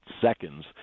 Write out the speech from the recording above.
seconds